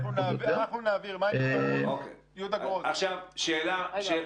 אני אומר לך שלא יהיה